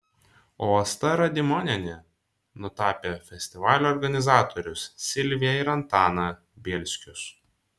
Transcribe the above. o asta radimonienė nutapė festivalio organizatorius silviją ir antaną bielskius